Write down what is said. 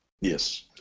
Yes